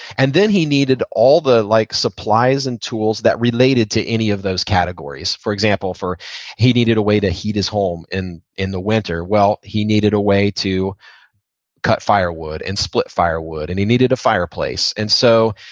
and then he needed all the like supplies and tools that related to any of those categories. for example, he needed a way to heat his home in in the winter. well, he needed a way to cut firewood and split firewood, and he needed a fireplace. and so,